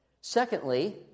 Secondly